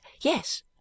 yes